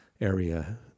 area